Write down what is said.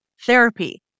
therapy